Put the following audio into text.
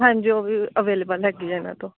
ਹਾਂਜੀ ਉਹ ਵੀ ਅਵੇਲੇਬਲ ਹੈਗੀ ਆ ਇਹਨਾਂ ਕੋਲ